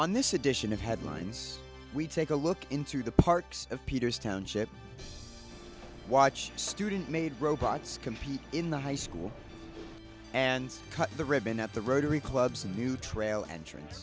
on this edition of headlines we take a look into the parks of peter's township watch student made robots compete in the high school and cut the ribbon at the rotary clubs and new trail entrance